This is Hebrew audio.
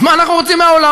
אז מה אנחנו רוצים מהעולם?